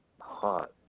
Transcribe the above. hot